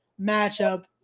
matchup